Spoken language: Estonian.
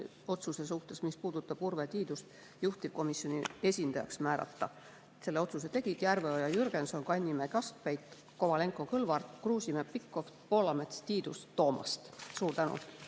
otsus, mis puudutab Urve Tiiduse juhtivkomisjoni esindajaks määramist. Selle otsuse tegid Järveoja, Jürgenson, Kannimäe, Kaskpeit, Kovalenko-Kõlvart, Kruusimäe, Pikhof, Poolamets, Tiidus ja Toomast. Suur tänu!